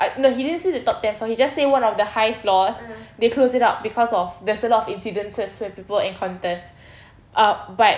uh no he didn't say the top ten floors he just say one of the high floors they closed it up cause of there's a lot of incidents where people encounters uh but